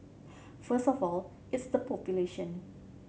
first of all it's the population